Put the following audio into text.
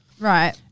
Right